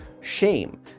Shame